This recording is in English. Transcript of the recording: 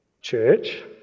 church